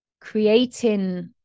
Creating